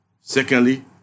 Secondly